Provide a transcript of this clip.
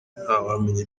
ntawamenya